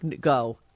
go